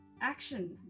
action